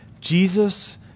Jesus